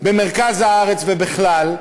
במרכז הארץ ובכלל,